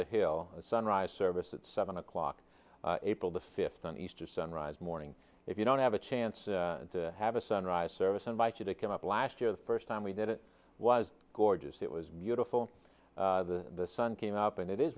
the hill sunrise service at seven o'clock april the fifth on easter sunrise morning if you don't have a chance to have a sunrise service invite you to come up last year the first time we did it was gorgeous it was beautiful the sun came up and it is